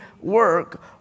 work